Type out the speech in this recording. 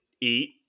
Eat